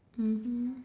mmhmm